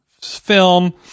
film